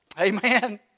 Amen